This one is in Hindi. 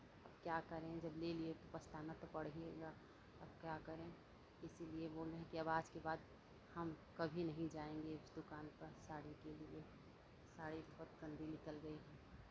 क्या करें जब ले लिये तो पछताना तो पड़ेगा अब क्या करें इसीलिए बोलें हैं कि अब आज के बाद हम कभी नहीं जाएंगे इस दुकान पर साड़ी के लिये साड़ी बहुत गंदी निकल गयी